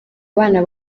bana